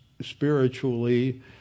spiritually